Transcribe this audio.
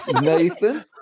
nathan